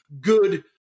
good